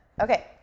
Okay